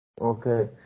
Okay